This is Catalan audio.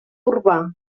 urbà